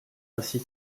ainsi